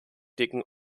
dicken